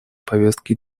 повестки